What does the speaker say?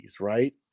right